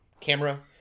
camera